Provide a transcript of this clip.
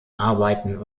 arbeiten